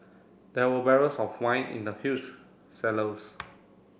there were barrels of wine in the huge cellars